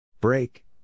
Break